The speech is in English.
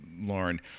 lauren